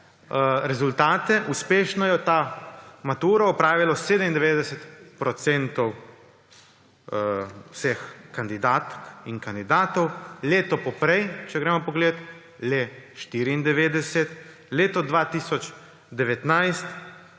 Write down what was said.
rezultate, uspešno je maturo opravilo 97 % vseh kandidatk in kandidatov, leto poprej, če gremo pogledat, le 94 %, leta 2019